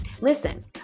Listen